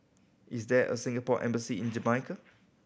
is there a Singapore Embassy in Jamaica